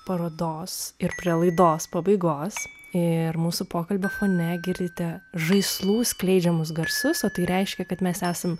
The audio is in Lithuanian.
parodos ir prie laidos pabaigos ir mūsų pokalbio fone girdite žaislų skleidžiamus garsus o tai reiškia kad mes esam